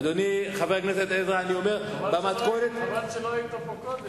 אדוני, חבר הכנסת עזרא, חבל שלא היית פה קודם.